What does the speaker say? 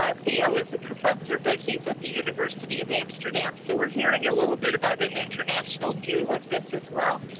ah theo is a professor. but he's at the university of amsterdam. so we're hearing a little bit about an international view of this as well.